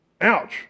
Ouch